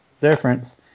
difference